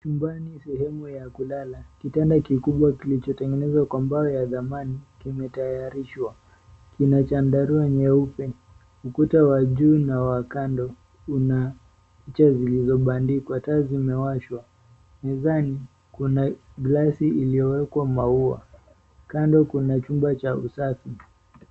Chumbani sehemu ya kulala kitanda kikubwa kilichotengenezwa kwa mbao ya thamani kimetayarishwa. Kina chandarua nyeupe ukuta wa juu na wa kando una vilivyopandikwa. Taa zimewashwa, mezani kuna glasi iliyowekewa maua kando kuna Chumba Cha usafi.